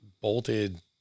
bolted